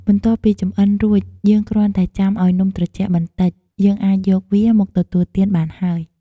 បន្ទាប់ពីចម្អិនរួច យើងគ្រាន់តែចាំឱ្យនំត្រជាក់បន្តិច យើងអាចយកវាមកទទួលទានបានហើយ។